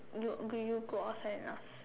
you okay you go outside now